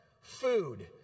food